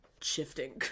shifting